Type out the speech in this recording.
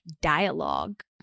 dialogue